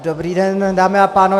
Dobrý den, dámy a pánové.